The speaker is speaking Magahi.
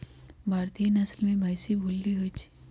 भारतीय नसल में भइशी भूल्ली होइ छइ